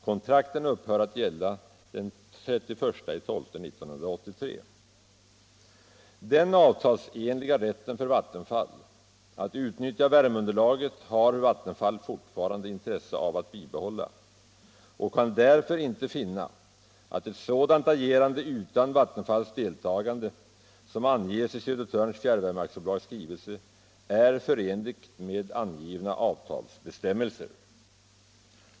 Kontrakten upphör att gälla 1983-12-31. Den avtalsenliga rätten för Vattenfall att utnyttja värmeunderlaget har Vattenfall fortfarande intresse av att bibehålla och kan därför inte finna att ett sådant agerande utan Vattenfalls deltagande, som anges i Södertörns Fjärrvärmeaktiebolags skrivelse, är förenligt med angivna avtalsbestämmelser.